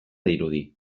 dirudi